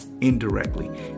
indirectly